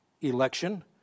election